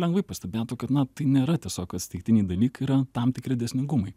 lengvai pastebėtų kaip na nėra tiesiog atsitiktiniai dalykai yra tam tikri dėsningumai